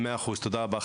100% תודה רבה.